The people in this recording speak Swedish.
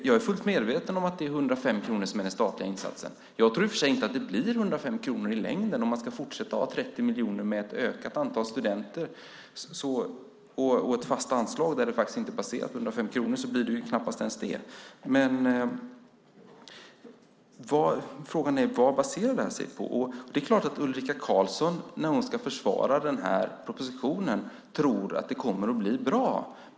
Jag är fullt medveten om att det är 105 kronor som är den statliga insatsen. Jag tror i och för sig inte att det blir 105 kronor i längden om man ska fortsätta att ha 30 miljoner. Med ett ökat antal studenter och ett fast anslag blir det knappast ens 105 kronor. Men frågan är: Vad baserar man det här på? Det är klart att Ulrika Carlsson, när hon ska försvara den här propositionen, tror att det kommer att blir bra.